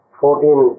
fourteen